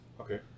Okay